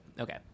Okay